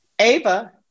Ava